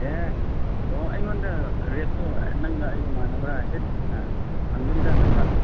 ꯑꯦ ꯑꯣ ꯑꯩꯉꯣꯟꯗ ꯔꯦꯠꯇꯣ ꯅꯪꯒ ꯑꯩꯒ ꯃꯥꯟꯅꯕ꯭ꯔꯥ ꯍꯥꯏꯐꯦꯠ ꯍꯪꯕꯅꯤꯗ ꯅꯪꯒ